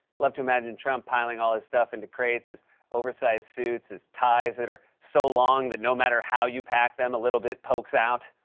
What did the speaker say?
love to imagine trump piling all his stuff into crates his oversize suits, his ties that are so long that no matter how you pack them, a little bit pokes out.